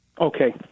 okay